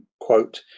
quote